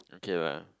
okay lah